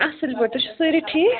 اَصٕل پٲٹھۍ تُہۍ چھِو سٲری ٹھیٖک